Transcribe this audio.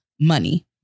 money